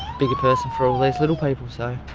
bigger person for all these little people, so.